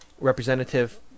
representative